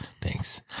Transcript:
Thanks